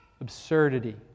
Absurdity